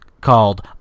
called